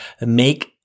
make